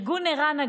ארגון ער"ן,